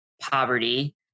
poverty